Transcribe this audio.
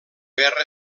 guerra